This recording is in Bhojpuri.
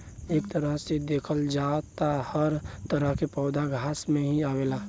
एक तरह से देखल जाव त हर तरह के पौधा घास में ही आवेला